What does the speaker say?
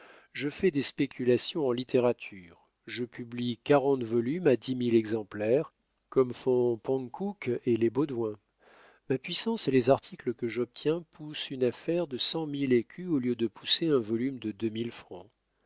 je fais des spéculations en littérature je publie quarante volumes à dix mille exemplaires comme font panckoucke et les beaudouin ma puissance et les articles que j'obtiens poussent une affaire de cent mille écus au lieu de pousser un volume de deux mille francs